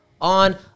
on